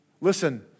Listen